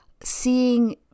seeing